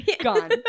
gone